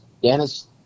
Dennis